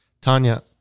Tanya